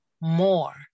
more